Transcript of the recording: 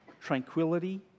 tranquility